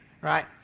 right